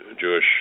Jewish